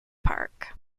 park